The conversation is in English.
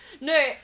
no